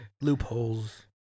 Loopholes